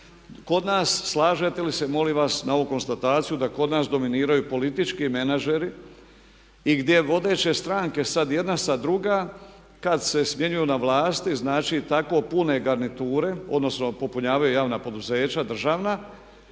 Kod nas slažete li ste molim vas na ovu konstataciju da kod nas dominiraju politički menadžeri i gdje vodeće stranke sad jedna sad druga kad se smjenjuju na vlasti i znači tako pune garniture, odnosno popunjavaju javna poduzeća, državna